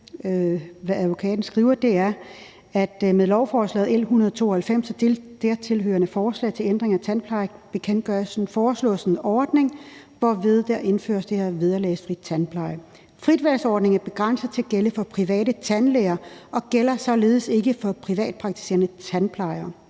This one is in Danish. som advokaten skriver, og det er, at med lovforslaget L 192 og dertilhørende forslag til ændring af tandplejebekendtgørelsen foreslås en ordning, hvorved der indføres den her vederlagsfri tandpleje. Fritvalgsordningen er begrænset til at gælde for private tandlæger og gælder således ikke for privatpraktiserende tandplejere.